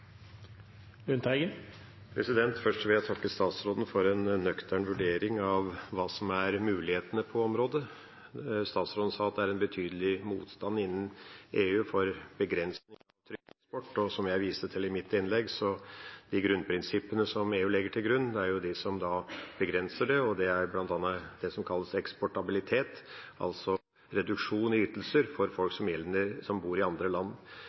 mulighetene på området. Statsråden sa at det er en betydelig motstand innenfor EU mot begrensninger på trygdeeksport, som jeg viste til i mitt innlegg. De grunnprinsippene som EU legger til grunn, er de som begrenser det. Det er det som bl.a. kalles eksportabilitet, altså reduksjon i ytelser som gjelder for folk som bor i andre land.